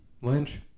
Lynch